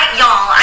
y'all